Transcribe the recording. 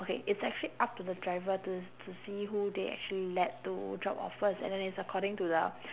okay it's actually up to the driver to to see who they actually let to drop off first and then it's according to the